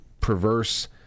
perverse